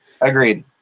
Agreed